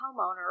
homeowner